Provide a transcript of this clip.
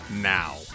now